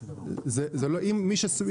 זאת לא אחריות שלנו.